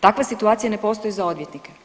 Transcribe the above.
Takva situacija ne postoji za odvjetnike.